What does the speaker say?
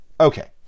Okay